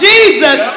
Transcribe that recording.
Jesus